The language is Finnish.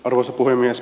arvoisa puhemies